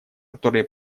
которое